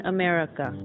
America